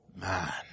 man